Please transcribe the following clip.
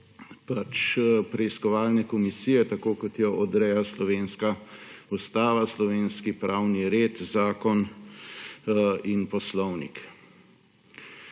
preiskovalne komisije, tako kot jo odrejajo slovenska ustava, slovenski pravni red, zakon in poslovnik.